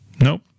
Nope